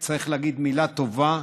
ופה צריך להגיד מילה טובה,